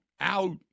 out